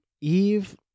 eve